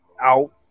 out